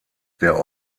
der